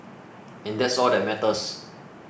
and that's all that matters